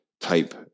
type